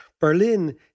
Berlin